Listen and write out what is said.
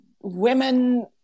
women